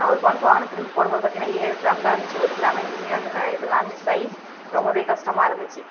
நான் ஒரு பவுன்க்கு வாங்கினா திரும்ப போடும்போது பார்த்திங்கனா ஏழு கிராம் தான் இருந்துச்சு ஒரு கிராம் எங்கெங்கியோன்னு ந இதுலாம் மிஸ்ஸாயி ரொம்பவே கஸ்டமாக இருந்துச்சு